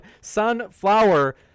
Sunflower